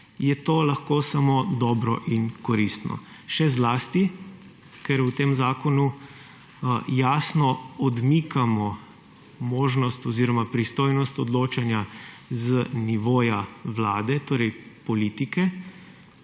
je to lahko samo dobro in koristno. Še zlasti, ker v tem zakonu jasno odmikamo možnost oziroma pristojnost odločanja z nivoja vlade, torej politike,